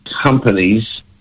companies